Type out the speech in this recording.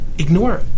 Ignore